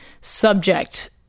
subject